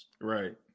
Right